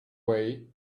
way